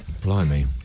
Blimey